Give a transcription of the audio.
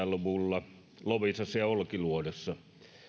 luvulla loviisassa ja olkiluodossa